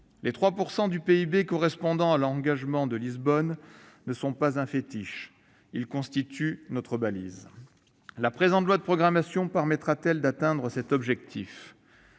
Les 3 % du PIB, correspondant à l'engagement de Lisbonne, ne sont pas un fétiche ; ils constituent notre balise. La présente loi de programmation permettra-t-elle d'atteindre cet objectif ?